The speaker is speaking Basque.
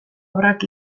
obrak